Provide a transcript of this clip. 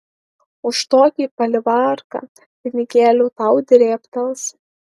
už tokį palivarką pinigėlių tau drėbtels